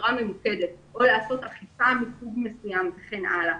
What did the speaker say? הסברה ממוקדת או לעשות אכיפה מסוג מסוים וכן הלאה.